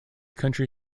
county